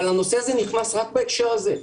אבל הנושא הזה נכנס רק בהקשר הזה,